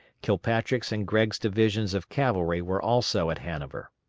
kilpatrick's and gregg's divisions of cavalry were also at hanover.